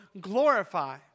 glorify